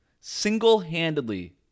single-handedly